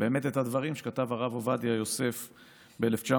את הדברים שכתב הרב עובדיה יוסף ב-1973,